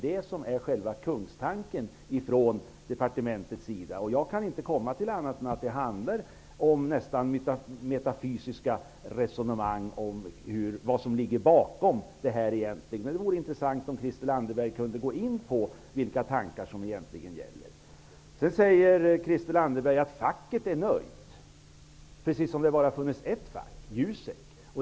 Det är ju själva kungstanken från departementets sida. Jag kan inte komma fram till något annat än att det handlar om nästan metafysiska resonemang om vad som egentligen ligger bakom detta. Det vore intressant om Christel Anderberg kunde gå in på vilka tankar som egentligen gäller. Sedan säger Christel Anderberg att facket är nöjt, precis som om det bara fanns ett fack, Jusek.